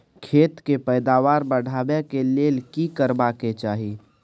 खेत के पैदावार बढाबै के लेल की करबा के चाही?